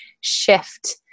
shift